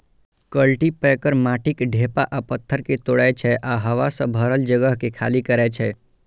cultipacker माटिक ढेपा आ पाथर कें तोड़ै छै आ हवा सं भरल जगह कें खाली करै छै